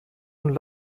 und